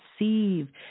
receive